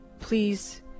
please